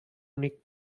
únic